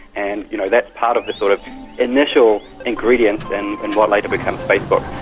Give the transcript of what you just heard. and you know that's part of the sort of initial ingredient in what later becomes facebook.